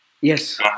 Yes